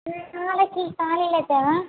எனக்கு நாளைக்கு காலையில் தேவை